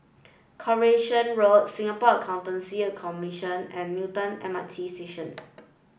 Coronation Road Singapore Accountancy Commission and Newton M R T Station